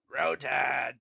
Rotad